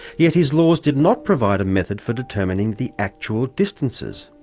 yet his laws did not provide a method for determining the actual distances,